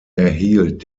erhielt